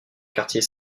quartier